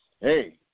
hey